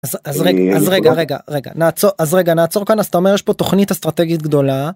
אז אז רגע, רגע, רגע, נעצור, אז רגע, נעצור כאן, אז אתה אומר יש פה תוכנית אסטרטגית גדולה.